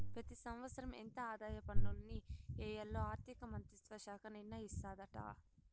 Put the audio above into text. పెతి సంవత్సరం ఎంత ఆదాయ పన్నుల్ని ఎయ్యాల్లో ఆర్థిక మంత్రిత్వ శాఖ నిర్ణయిస్తాదాట